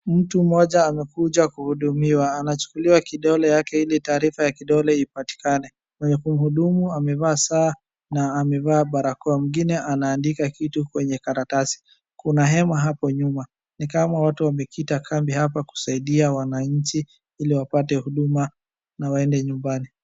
Mtu mmoja amekuja kuhudumiwa, anachukuliwa kidole yake ili taarifa ya kidole ipatikane. Mmwenye kuhudumu amevaa saa na amevaa barakoa. Mwingine anaandika kitu kwenye karatasi. Kuna hema hapo nyuma. Ni kama watu wamekita kambi hapa kusaidia wananchi ili wapate huduma na waende nyumbani.